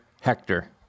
Hector